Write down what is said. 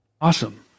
Awesome